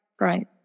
right